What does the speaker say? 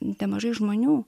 nemažai žmonių